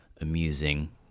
amusing